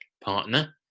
partner